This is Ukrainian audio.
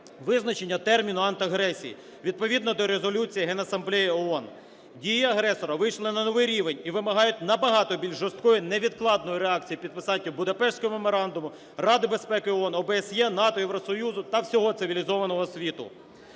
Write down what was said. визначення терміну "акт агресії" відповідно до резолюції Генасамблеї ООН. Дії агресора вийшли на новий рівень і вимагають набагато більш жорсткої невідкладної реакції – підписання Будапештського меморандуму Ради безпеки ООН, ОБСЄ, НАТО, Євросоюзу та всього цивілізованого світу.